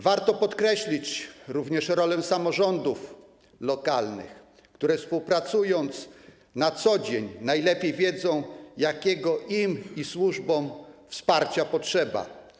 Warto podkreślić również rolę samorządów lokalnych, które współpracując na co dzień, najlepiej wiedzą, jakiego im i służbom wsparcia potrzeba.